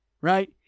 right